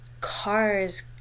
cars